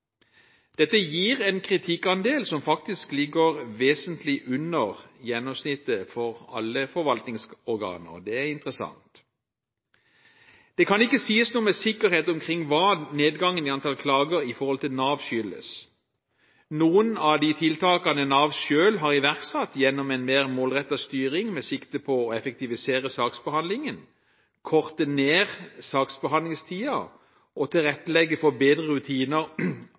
Dette gir en kritikkandel som faktisk ligger vesentlig under gjennomsnittet for alle forvaltningsorganer, og det er interessant. Det kan ikke sies noe med sikkerhet om hva nedgangen i antall klager i forhold til Nav skyldes. Noen av de tiltakene Nav selv har iverksatt gjennom en mer målrettet styring med sikte på å effektivisere saksbehandlingen, korte ned saksbehandlingstiden og tilrettelegge for bedre rutiner,